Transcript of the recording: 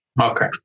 Okay